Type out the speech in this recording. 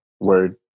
Word